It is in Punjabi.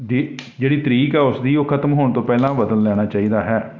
ਡੀ ਜਿਹੜੇ ਤਾਰੀਕ ਆ ਉਸਦੀ ਉਹ ਖਤਮ ਹੋਣ ਤੋਂ ਪਹਿਲਾਂ ਬਦਲ ਲੈਣਾ ਚਾਹੀਦਾ ਹੈ